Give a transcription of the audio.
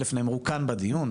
א' נאמרו כאן בדיון,